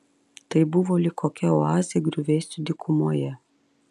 tai buvo lyg kokia oazė griuvėsių dykumoje